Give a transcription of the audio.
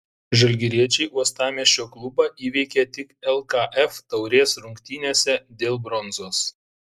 žalgiriečiai uostamiesčio klubą įveikė tik lkf taurės rungtynėse dėl bronzos